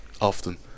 often